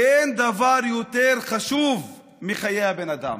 כי אין דבר יותר חשוב מחיי האדם,